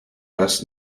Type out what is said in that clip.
best